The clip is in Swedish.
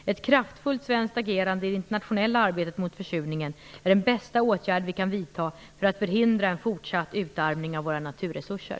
Ett kraftfullt svensk agerande i det internationella arbetet mot försurningen är den bästa åtgärd vi kan vidta för att förhindra en fortsatt utarmning av våra naturresurser.